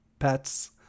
pets